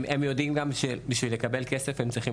הם יודעים גם שכדי לקבל כסף הם צריכים